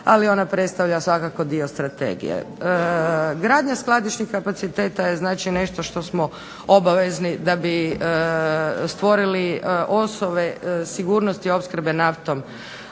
ali ona predstavlja svakako dio strategije. Gradnja skladišnih kapaciteta je nešto što smo svakako obavezni da bi stvorili osnove sigurnosti opskrbe naftom